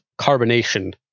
carbonation